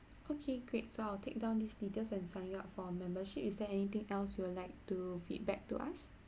okay great so I'll take down these details and sign you up for membership is there anything else you would like to feedback to us